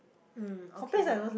um okay